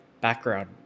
background